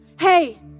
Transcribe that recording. Hey